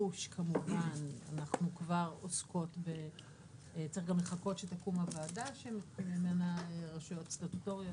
צריך גם לחכות שתקום הוועדה שעניינה רשויות סטטוטוריות,